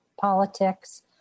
politics